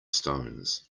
stones